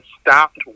stopped